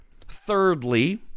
Thirdly